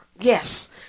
Yes